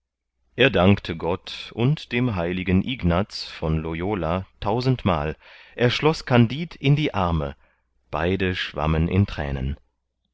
er dankte gott und dem heiligen ignaz von loyola tausendmal er schloß kandid in die arme beide schwammen in thränen